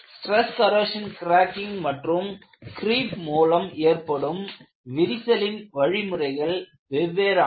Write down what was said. stress கொரோஷின் cracking மற்றும் creep மூலம் ஏற்படும் விரிசலின் வழிமுறைகள் வெவ்வேறானவை